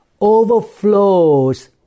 overflows